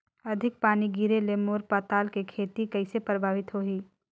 अधिक पानी गिरे ले मोर पताल के खेती कइसे प्रभावित होही?